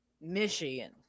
Michigan